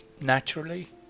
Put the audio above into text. naturally